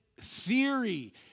theory